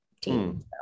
team